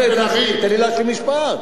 תן לי להשלים משפט, באמת.